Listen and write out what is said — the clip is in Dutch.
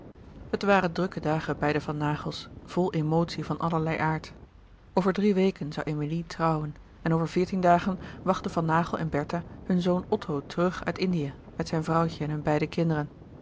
het waren drukke dagen bij de van naghels vol emotie van allerlei aard over drie weken zoû emilie trouwen en over veertien dagen wachtten van naghel en bertha hun zoon otto terug uit indië met zijn vrouwtje en hun beide kinderen